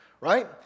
right